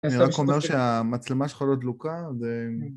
אני רק אומר שהמצלמה שלך לא דלוקה, וזה...